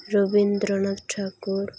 Rabindranath Thakur